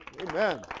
Amen